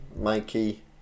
Mikey